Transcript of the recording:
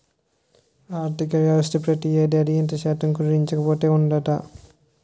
ఆర్థికవ్యవస్థ ప్రతి ఏడాది ఇంత శాతం అని కుదించుకుపోతూ ఉందట